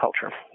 culture